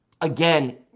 again